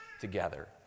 together